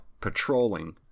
patrolling